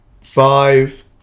Five